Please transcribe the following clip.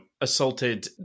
assaulted